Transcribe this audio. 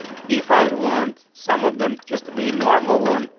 if i would want some of them just to be normal one.